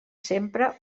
sempre